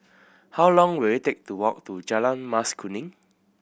how long will it take to walk to Jalan Mas Kuning